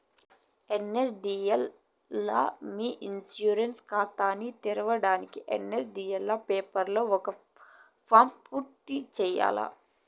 NSDL లా మీ insurance కాతాని తెర్సేదానికి ఎన్.ఎస్.డి.ఎల్ పోర్పల్ల ఒక ఫారం పూర్తి చేయాల్ల